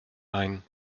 ein